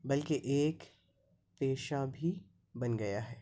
بلکہ ایک پیشہ بھی بن گیا ہے